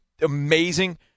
amazing